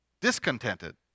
discontented